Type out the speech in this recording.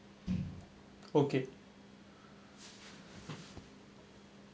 okay